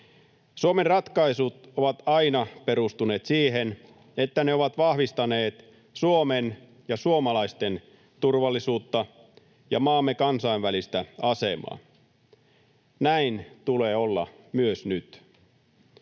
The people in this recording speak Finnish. Suomen ratkaisut ovat aina perustuneet siihen, että ne ovat vahvistaneet Suomen ja suomalaisten turvallisuutta ja maamme kansainvälistä asemaa. Näin tulee olla myös nyt.